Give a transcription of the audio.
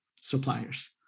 suppliers